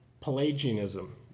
Pelagianism